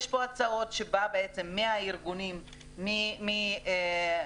יש פה הצעות שבאות מהארגונים, מאיגוד